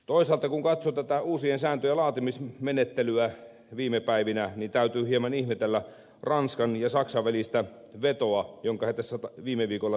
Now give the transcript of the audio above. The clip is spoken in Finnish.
toisaalta kun katsoo tätä uusien sääntöjen laatimismenettelyä viime päivinä niin täytyy vähän ihmetellä ranskan ja saksan välistä vetoa jonka ne viime viikolla tekivät